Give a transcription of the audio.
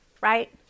right